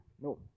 no